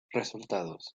resultados